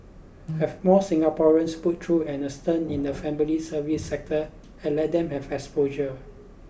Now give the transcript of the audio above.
have more Singaporeans put through a stint in the family service sector and let them have exposure